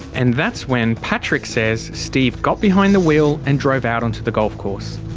and that's when patrick says steve got behind the wheel, and drove out onto the golf course.